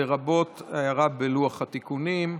לרבות ההערה בלוח התיקונים.